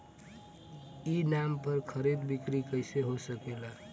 ई नाम पर खरीद बिक्री कैसे हो सकेला?